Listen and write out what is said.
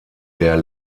der